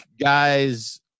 guys